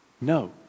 No